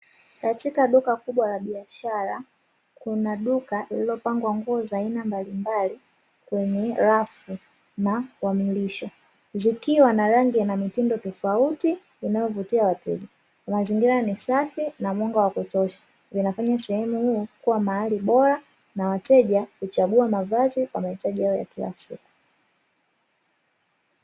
Katika duka kubwa la biashara kuna duka lililopangwa nguo za aina mbalimbaali kwenye rafu, na wamilisho. Zikiwa na rangi na mitindo tofauti zinazovutia wateja. Mazingira ni safi na mwanga wa kutosha. Zinafanya sehemu kuu kuwa mahali bora na wateja kuchagua mavazi kwa mahitaji yao ya kiasi.